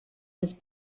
was